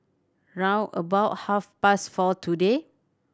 round about half past four today